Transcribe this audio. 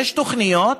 יש תוכניות,